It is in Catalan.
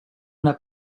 una